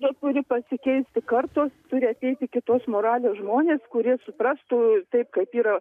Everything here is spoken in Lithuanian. na turi pasikeisti kartos turi ateiti kitos moralės žmonės kurie suprastų taip kaip yra